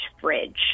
fridge